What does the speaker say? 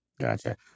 Gotcha